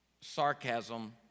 sarcasm